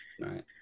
Right